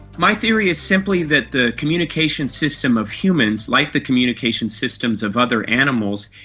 my theory is simply that the communication system of humans, like the communication systems of other animals,